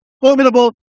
formidable